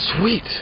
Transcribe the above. Sweet